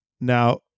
Now-